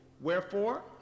Wherefore